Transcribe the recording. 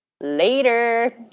later